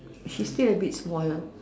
she's still a bit small